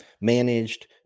managed